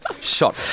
shot